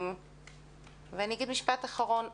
אני אגיד משפט אחרון.